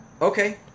Okay